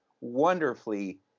wonderfully